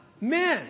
Men